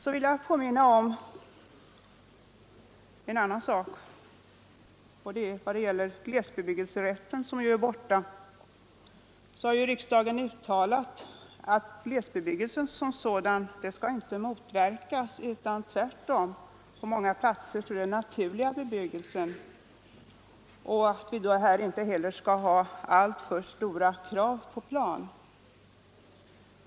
Jag vill också påminna om att riksdagen när det gäller glesbebyggelserätten, som nu är borta, har uttalat att glesbebyggelse som sådan inte skall motverkas. På många platser är det tvärtom den naturliga bebyggelsen. Vi skall då inte heller ställa alltför stora krav på plan.